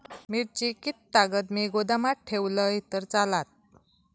मिरची कीततागत मी गोदामात ठेवलंय तर चालात?